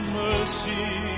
mercy